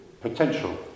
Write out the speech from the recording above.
potential